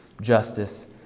justice